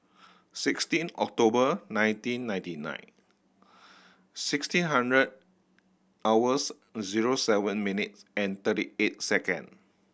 sixteen October nineteen ninety nine sixteen hundred hours zero seven minutes and thirty eight second